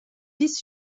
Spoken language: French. vice